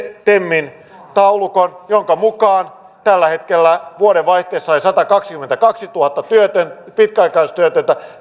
temin taulukon jonka mukaan vuodenvaihteessa oli satakaksikymmentäkaksituhatta pitkäaikaistyötöntä